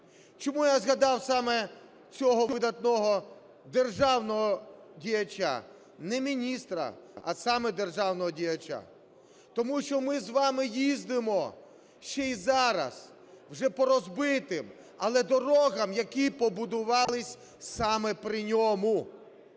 Чому я згадав саме цього видатного державного діяча? Не міністра, а саме державного діяча. Тому що ми з вами їздимо ще й зараз вже по розбитим, але дорогам, які побудувалися саме при ньому.